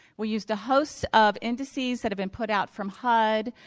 we used a host of indices that had been put out from hud.